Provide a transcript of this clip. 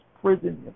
prison